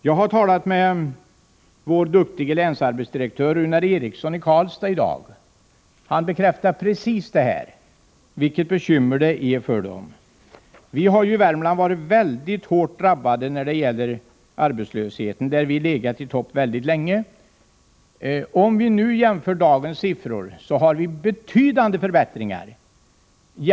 Jag har i dag talat med vår duktige länsarbetsdirektör i Karlstad, Runar Ericsson. Han bekräftar just detta och säger att det är ett bekymmer. Vi har i Värmland varit mycket hårt drabbade när det gäller arbetslöshet och har legat i topp länge. Om vi jämför dagens siffror med föregående års finner vi att det har skett betydande förbättringar.